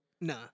Nah